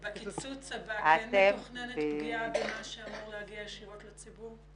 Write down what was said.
בקיצוץ הבא כן מתוכננת פגיעה במה שאמור להגיע ישירות לציבור?